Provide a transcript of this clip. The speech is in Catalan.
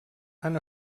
han